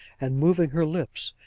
and moving her lips,